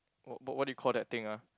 oh but what do you call that thing ah